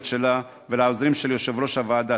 שלה ולעוזרים של יושב-ראש הוועדה,